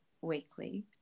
weekly